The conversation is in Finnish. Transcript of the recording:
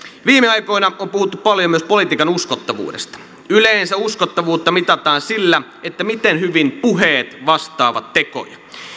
viime aikoina on puhuttu paljon myös politiikan uskottavuudesta yleensä uskottavuutta mitataan sillä miten hyvin puheet vastaavat tekoja